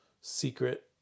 secret